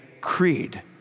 creed